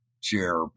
chair